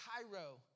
Cairo